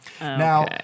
Now